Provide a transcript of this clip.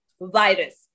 virus